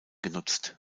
genutzt